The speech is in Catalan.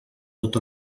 tot